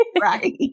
Right